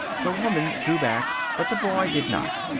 the woman drew back, but the boy did not.